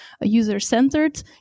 user-centered